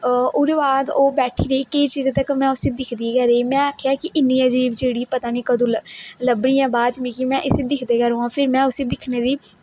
ओहदे बाद ओह् बेठी रेही बडे़ चिरे तकर में उसी दिक्खदी रेही में आखेआ कि इनी अजीब चिड़ी पता नेईं कदूं लब्भनी ऐ लब्भनी ऐ बाद च मिगी में इसी दिक्खदे गै रवां फिर में उसी दिक्कने दी